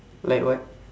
like what